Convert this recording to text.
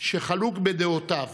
שחלוק בדעותיו